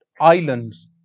islands